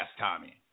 Tommy